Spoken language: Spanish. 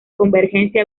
convergencia